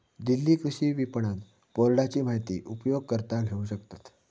दिल्ली कृषि विपणन बोर्डाची माहिती उपयोगकर्ता घेऊ शकतत